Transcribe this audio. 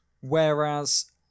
Whereas